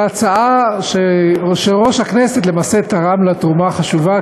זו הצעה שיושב-ראש הכנסת תרם לה תרומה חשובה,